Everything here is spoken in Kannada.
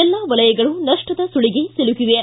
ಎಲ್ಲಾ ವಲಯಗಳು ನಷ್ಟದ ಸುಳಿಗೆ ಸಿಲುಕಿವೆ